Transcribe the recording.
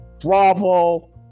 Bravo